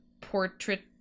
portrait